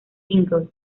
singles